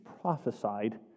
prophesied